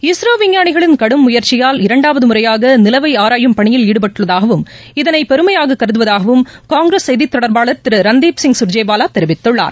இஸ்ரோவிஞ்ஞானிகளின் முயற்சியால் இரண்டாவதுமுறையாகநிலவைஆராயும் கடும் பணியில் ஈடுபட்டுள்ளதாகவும் இதனைபெருமையாககருதுவதாகவும் காங்கிரஸ் செய்திதொடர்பாளர் திருரன்தீப் சிங் சுர்ஜிவாலாதெரிவித்துள்ளார்